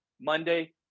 Monday